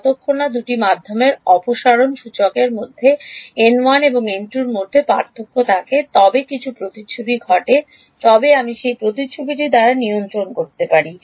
যতক্ষণ না দুটি মাধ্যমের অপসারণ সূচকের মধ্যে এন 1 এবং এন 2 এর মধ্যে পার্থক্য থাকে তবে কিছু প্রতিচ্ছবি ঘটে তবে আমি সেই প্রতিচ্ছবিটি অপসারণ সূচক দ্বারা নিয়ন্ত্রণ করতে পারি